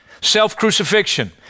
self-crucifixion